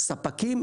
ספקים,